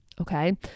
okay